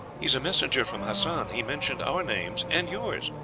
he is a messenger from hassan he mentioned our names and yours.